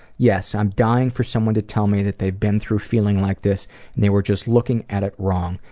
yes. i'm dying for someone to tell me that they've been through feeling like this and they were just looking at it wrong,